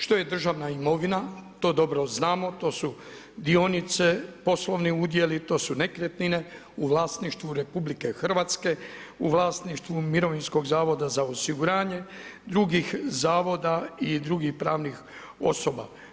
Što je državna imovina, to dobro znamo, to su dionice, poslovni udjeli, to su nekretnine u vlasništvu RH, u vlasništvu Mirovinskog zavoda za osiguranje, drugih zavoda i drugih pravnih osoba.